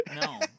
no